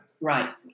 Right